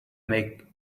make